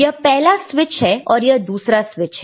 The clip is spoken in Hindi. यह पहला स्विच है और यह दूसरा स्विच है